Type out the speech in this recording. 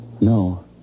No